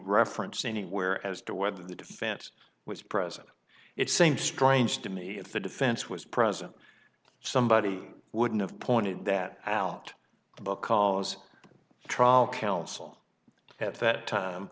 reference anywhere as to whether the defense was present it seemed strange to me if the defense was present somebody wouldn't have pointed that out because trial counsel at that time